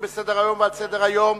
על סדר-היום,